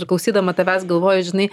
ir klausydama tavęs galvoju žinai